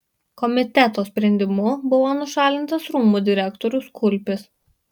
komiteto sprendimu buvo nušalintas rūmų direktorius kulpis